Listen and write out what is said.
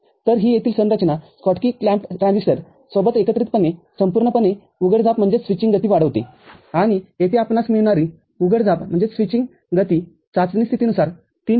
तरही येथील संरचना स्कॉट्की क्लॅम्पेड ट्रान्झिस्टर सोबत एकत्रितपणे संपूर्णपणे उघडझाप गती वाढवते आणि येथे आपणास मिळणारी उघडझाप गती चाचणी स्थितीनुसार ३ ते ४